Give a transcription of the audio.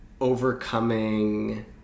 overcoming